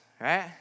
right